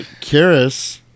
Karis